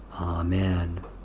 Amen